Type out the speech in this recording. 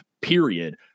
period